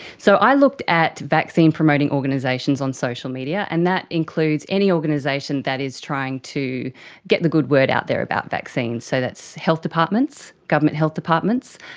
so i looked at vaccine promoting organisations on social media, and that includes any organisation that is trying to get the good word out there about vaccines, so that's health departments, government health departments,